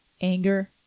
anger